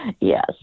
Yes